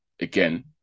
again